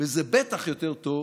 וזה בטח יותר טוב